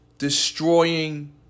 destroying